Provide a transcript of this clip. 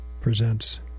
presents